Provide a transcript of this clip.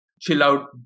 chill-out